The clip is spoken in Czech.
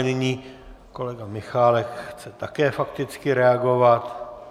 Nyní kolega Michálek chce také fakticky reagovat.